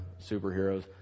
superheroes